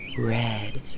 red